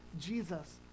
Jesus